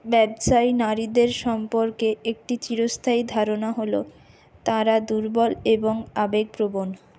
ব্যবসায় নারীদের সম্পর্কে একটি চিরস্থায়ী ধারণা হলো তাঁরা দুর্বল এবং আবেগপ্রবণ